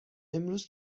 امروز